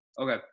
Okay